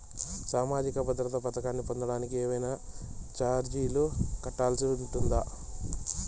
సామాజిక భద్రత పథకాన్ని పొందడానికి ఏవైనా చార్జీలు కట్టాల్సి ఉంటుందా?